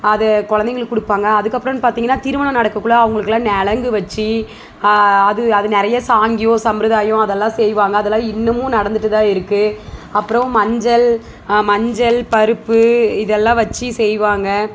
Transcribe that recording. அதை குழந்தைங்களுக்கு கொடுப்பாங்க அதுக்கப்பறன்னு பார்த்தீங்கன்னா திருமணம் நடக்கக்குள்ள அவங்களுக்குலாம் நலங்கு வச்சு அது அது நிறைய சாங்கியம் சம்பரதாயம் அதெல்லாம் செய்வாங்க அதெல்லாம் இன்னமும் நடந்துட்டு தான் இருக்குது அப்றம் மஞ்சள் மஞ்சள் பருப்பு இதெல்லாம் வச்சு செய்வாங்க